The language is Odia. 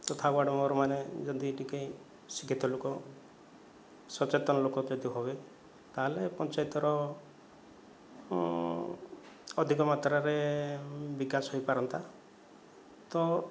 ଯଥା ୱାର୍ଡ଼ ମେମ୍ବରମାନେ ଯଦି ଟିକେ ଶିକ୍ଷିତ ଲୋକ ସଚେତନ ଲୋକ ଯଦି ହେବେ ତାହେଲେ ପଞ୍ଚାୟତର ଅଧିକ ମାତ୍ରାରେ ବିକାଶ ହୋଇପାରନ୍ତା ତ